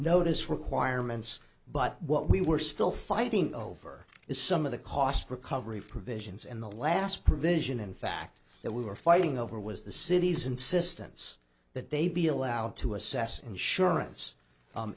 notice requirements but what we were still fighting over is some of the cost recovery provisions in the last provision in fact that we were fighting over was the city's insistence that they be allowed to assess insurance